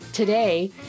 Today